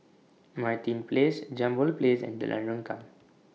Martin Place Jambol Place and Jalan Rengkam